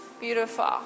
Beautiful